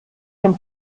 dem